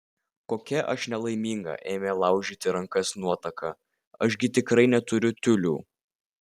kokia aš nelaiminga ėmė laužyti rankas nuotaka aš gi tikrai neturiu tiulių